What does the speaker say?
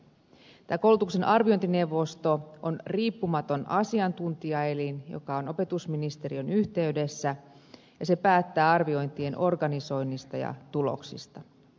tämä koulutuksen arviointineuvosto on riippumaton asiantuntijaelin joka on opetusministeriön yhteydessä ja se päättää arviointien organisoinnista ja tuloksista